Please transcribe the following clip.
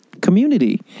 community